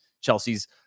Chelsea's